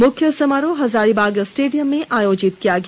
मुख्य समारोह हजारीबाग स्टेडियम में आयोजित किया गया